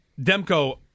Demko